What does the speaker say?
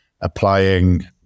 applying